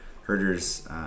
herders